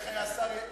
איך השר יעלון,